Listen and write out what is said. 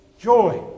joy